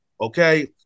Okay